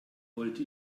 wollte